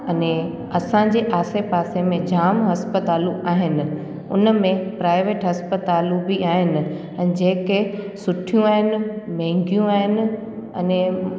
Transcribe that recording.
अने असांजे आसे पासे में जाम इस्पतालूं आहिनि हुन में प्राइवेट इस्पतालूं बि आहिनि ऐं जेके सुठियूं आहिनि महांगियूं आहिनि अने